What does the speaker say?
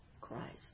Christ